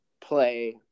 play